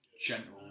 gentle